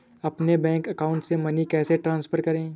अपने bank account से money कैसे ट्रांसफर करें?